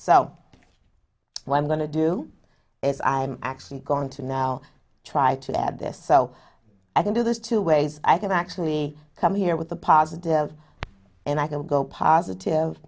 what i'm going to do is i'm actually going to now try to add this so i can do there's two ways i can actually come here with the positive and i can go positive